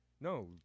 No